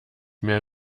mehr